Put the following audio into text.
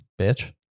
bitch